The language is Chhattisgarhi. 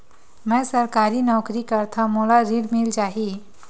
मै सरकारी नौकरी करथव मोला ऋण मिल जाही?